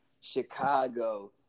Chicago